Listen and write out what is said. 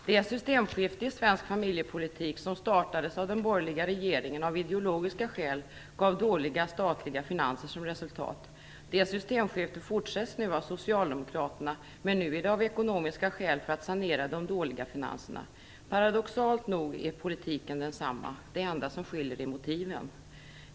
Det systemskifte i svensk familjepolitik som av ideologiska skäl startades av den borgerliga regeringen gav dåliga statliga finanser som resultat. Det systemskiftet fullföljs nu av socialdemokraterna, men nu är det av ekonomiska skäl - för att sanera de dåliga finanserna. Paradoxalt nog är politiken densamma. Det enda som skiljer är motiven!